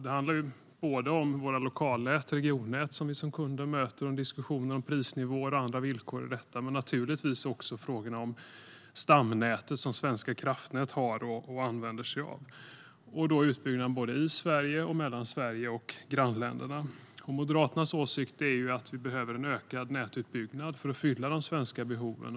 Det handlar om de lokalnät och regionnät som vi som kunder möter, om diskussioner och prisnivåer och andra villkor och naturligtvis också om frågor om stamnätet som Svenska kraftnät har och använder sig av. Det gäller då både utbyggnaden i Sverige och mellan Sverige och grannländerna. Moderaternas åsikt är att vi behöver en ökad nätutbyggnad för att fylla de svenska behoven.